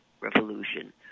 revolution